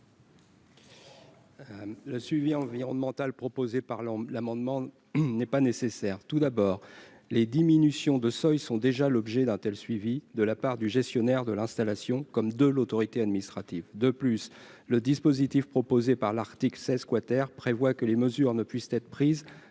Le suivi environnemental proposé par l'amendement n'est pas nécessaire tout d'abord les diminutions de seuils sont déjà l'objet d'un tel, suivie de la part du gestionnaire de l'installation, comme de l'autorité administrative de plus le dispositif proposé par l'article 16 quater prévoit que les mesures ne puissent être prises